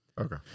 Okay